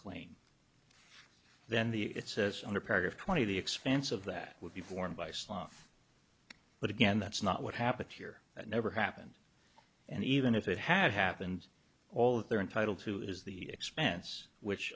claim then the it says under paragraph twenty the expense of that would be borne by sluff but again that's not what happened here it never happened and even if it had happened all they're entitled to is the expense which